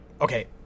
okay